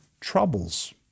troubles